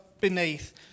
beneath